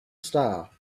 star